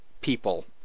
people